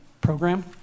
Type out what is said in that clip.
program